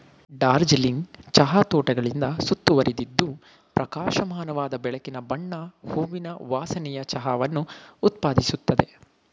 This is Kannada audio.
ಡಾರ್ಜಿಲಿಂಗ್ ಚಹಾ ತೋಟಗಳಿಂದ ಸುತ್ತುವರಿದಿದ್ದು ಪ್ರಕಾಶಮಾನವಾದ ಬೆಳಕಿನ ಬಣ್ಣ ಹೂವಿನ ವಾಸನೆಯ ಚಹಾವನ್ನು ಉತ್ಪಾದಿಸುತ್ತದೆ